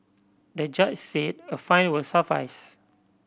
the judge said a fine will suffice